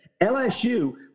LSU